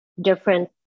different